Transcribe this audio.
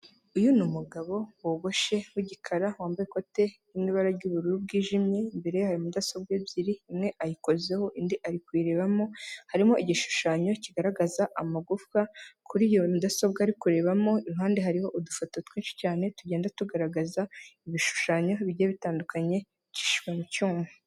Uyu ni umugabo wogoshe w'igikara, wambaye ikote riri mu ibara ry'ubururu bwijimye, imbere ye hari mudasobwa ebyiri, umwe ayikozeho indi ari kuyirebamo, harimo igishushanyo kigaragaza amagufwa, kuri iyo mudasobwa ari kurebamo iruhande hariho udufoto twinshi cyane tugenda tugaragaza ibishushanyo bigiye bitandukanye bicishijwe mu cyuma.